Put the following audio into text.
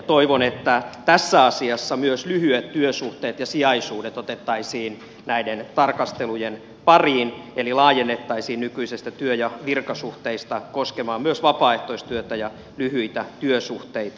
toivon että tässä asiassa myös lyhyet työsuhteet ja sijaisuudet otettaisiin näiden tarkastelujen pariin eli laajennettaisiin nykyisestä työ ja virkasuhteista koskemaan myös vapaaehtoistyötä ja lyhyitä työsuhteita